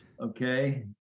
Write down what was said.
Okay